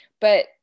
But-